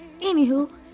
Anywho